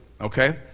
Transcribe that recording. okay